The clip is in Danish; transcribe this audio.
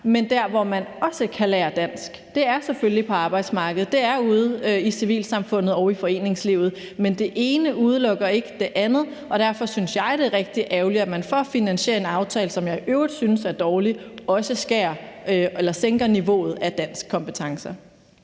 men der, hvor man også kan lære dansk, er selvfølgelig på arbejdsmarkedet, det er ude i civilsamfundet og i foreningslivet. Men det ene udelukker ikke det andet, og derfor synes jeg, det er rigtig ærgerligt, at man for at finansiere en aftale, som jeg i øvrigt synes er dårlig, også sænker niveauet af danskkompetencer.